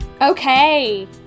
Okay